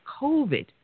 COVID